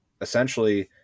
essentially